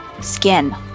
skin